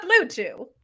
Bluetooth